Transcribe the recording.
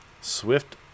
swift